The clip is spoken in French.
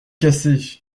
casser